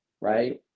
right